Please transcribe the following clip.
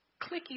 clicky